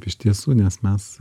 iš tiesų nes mes